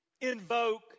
Invoke